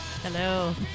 Hello